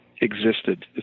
existed